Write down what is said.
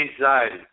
anxiety